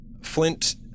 Flint